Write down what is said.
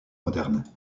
moderne